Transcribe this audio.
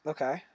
Okay